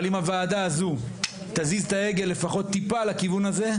אבל אם הוועדה הזו תזיז את העגל לפחות טיפה לכיוון הזה,